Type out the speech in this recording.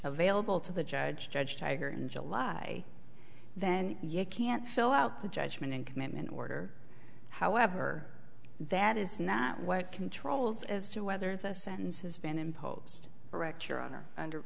available to the judge judge tiger in july then you can't fill out the judgment in commitment order however that is not what controls as to whether the sentence has been imposed correct your honor under